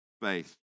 faith